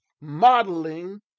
modeling